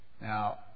Now